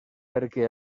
perquè